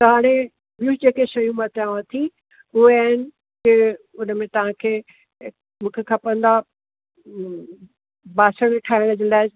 त हाणे ॿी जे के शयूं मां चवांव थी उहे आहिनि उन में तव्हां खे मूंखे खपंदा बासण ठाहिण जे लाइ